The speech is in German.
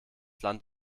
land